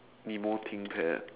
nemo Thinkpad